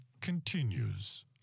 continues